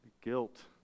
Guilt